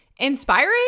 inspiring